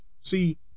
See